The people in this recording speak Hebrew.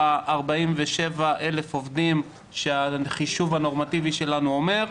ה-47,000 עובדים שהחישוב הנורמטיבי שלנו אומר,